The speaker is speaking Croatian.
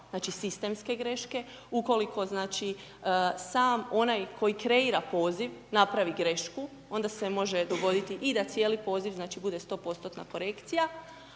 znači, sistemske greške. Ukoliko, znači, sam onaj koji kreira poziv, napravi grešku, onda se može dogoditi i da cijeli poziv, znači, bude 100%-tna korekcija,